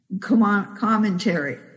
Commentary